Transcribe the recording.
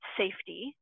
safety